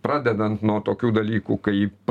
pradedant nuo tokių dalykų kaip